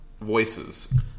voices